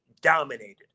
dominated